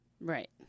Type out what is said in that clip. Right